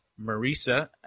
Marisa